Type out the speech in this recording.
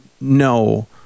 no